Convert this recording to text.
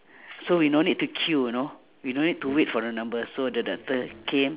so we no need to queue you know we don't need to wait for the number so the doctor came